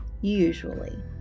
usually